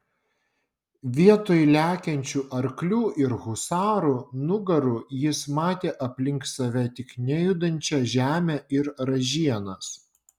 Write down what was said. vietoj lekiančių arklių ir husarų nugarų jis matė aplink save tik nejudančią žemę ir ražienas